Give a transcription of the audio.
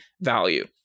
value